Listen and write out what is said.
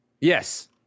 Yes